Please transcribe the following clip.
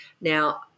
Now